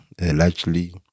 largely